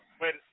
Wait